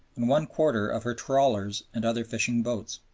and one quarter of her trawlers and other fishing boats.